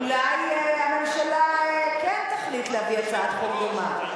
אולי הממשלה כן תחליט להביא הצעת חוק דומה.